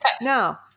Now